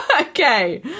okay